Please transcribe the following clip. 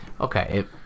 Okay